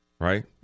Right